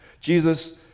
Jesus